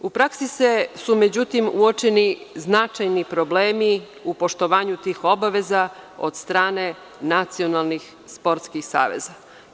U praksi su međutim uočeni značajni problemi u poštovanju tih obaveza od strane nacionalnih sportskih saveza.